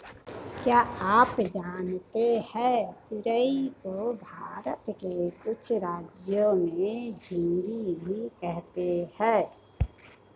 क्या आप जानते है तुरई को भारत के कुछ राज्यों में झिंग्गी भी कहते है?